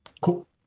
Cool